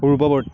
পূৰ্ববৰ্তী